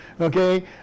Okay